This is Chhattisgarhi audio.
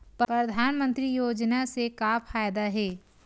परधानमंतरी योजना से का फ़ायदा हे?